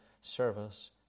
service